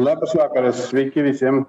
labas vakaras sveiki visiem